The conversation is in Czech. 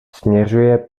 směřuje